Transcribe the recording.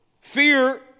fear